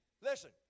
Listen